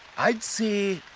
i'd say.